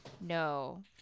no